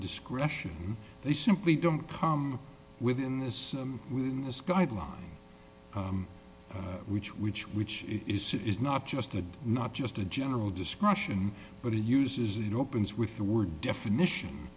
discretion they simply don't come within this within this guideline which which which is it is not just a not just a general discussion but he uses it opens with the word definition